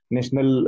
National